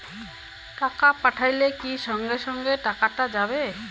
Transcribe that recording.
টাকা পাঠাইলে কি সঙ্গে সঙ্গে টাকাটা যাবে?